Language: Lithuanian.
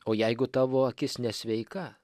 o jeigu tavo akis nesveika